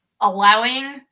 allowing